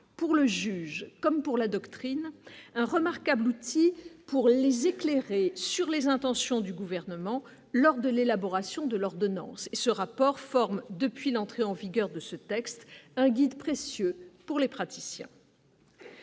pour le juge, comme pour la doctrine un remarquable outil pour les éclairer sur les intentions du gouvernement lors de l'élaboration de l'ordonnance ce rapport forme depuis l'entrée en vigueur de ce texte, un guide précieux pour les praticiens.